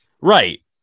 Right